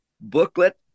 booklet